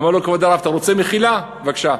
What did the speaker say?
אמר לו: כבוד הרב, אתה רוצה מחילה, בבקשה.